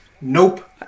Nope